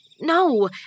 no